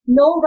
no